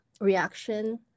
reaction